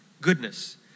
Goodness